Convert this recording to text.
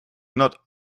not